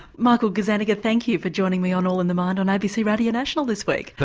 michael gazzaniga, thank you for joining me on all in the mind on abc radio national this week.